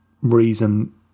reason